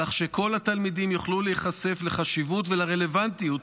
כך שכל התלמידים יוכלו להיחשף לחשיבות ולרלוונטיות